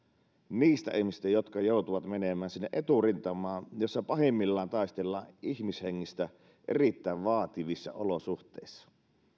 niistä ihmisistä jotka joutuvat menemään sinne eturintamaan jossa pahimmillaan taistellaan ihmishengistä erittäin vaativissa olosuhteissa ei